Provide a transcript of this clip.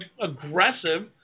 aggressive